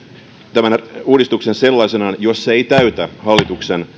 tämän uudistuksen sellaisenaan jos se ei täytä hallituksen